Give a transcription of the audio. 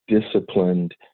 disciplined